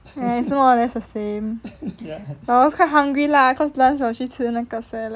is more or less the same but I was quite hungry lah cause lunch : salad